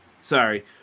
Sorry